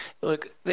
Look